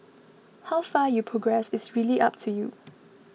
how far you progress is really up to you